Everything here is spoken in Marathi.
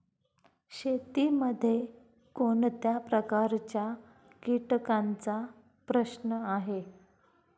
शेतीमध्ये कोणत्या प्रकारच्या कीटकांचा प्रश्न आहे?